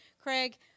Craig